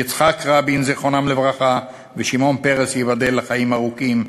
יצחק רבין זיכרונם לברכה ושמעון פרס ייבדל לחיים ארוכים,